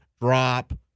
drop